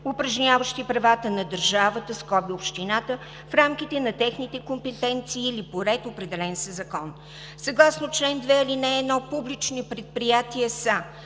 упражняващи правата на държавата, общината, в рамките на техните компетенции или по ред, определен със закон. Съгласно чл. 2, ал. 1, публични предприятия са: